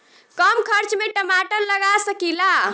कम खर्च में टमाटर लगा सकीला?